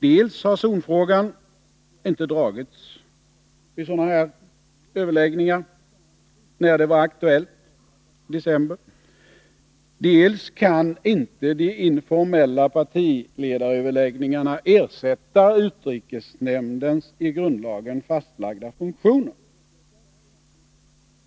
Dels har zonfrågan inte tagits upp vid sådana överläggningar när den var aktuell i december, dels kaninte de informella partiledaröverläggningarna ersätta utrikesnämndens i grundlagen fastlagda funktioner.